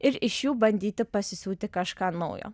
ir iš jų bandyti pasisiūti kažką naujo